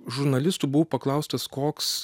žurnalistų buvau paklaustas koks